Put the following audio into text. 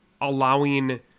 allowing